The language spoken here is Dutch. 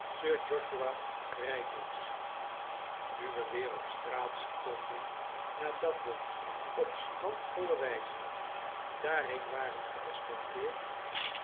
sir joshua reynolds nu we weer op straat stonden nadat we op chandvolle wijze daarheen waren geescorteerd